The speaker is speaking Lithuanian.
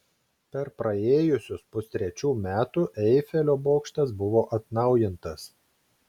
per praėjusius pustrečių metų eifelio bokštas buvo atnaujintas